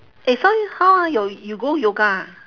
eh so how ah you you go yoga ah